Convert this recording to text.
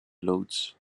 loods